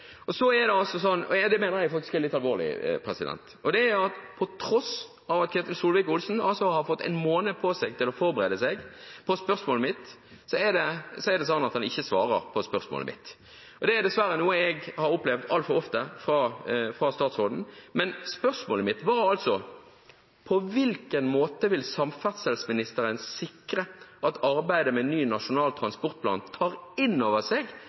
IKT-teknologien. Så er det altså sånn, og det mener jeg er litt alvorlig: På tross av at Ketil Solvik-Olsen har fått en måned på seg til å forberede seg på spørsmålet mitt, så svarer han ikke på det, og det er dessverre noe jeg har opplevd altfor ofte fra statsråden. Men spørsmålet mitt var altså: På hvilken måte vil samferdselsministeren sikre at arbeidet med ny Nasjonal transportplan tar inn over seg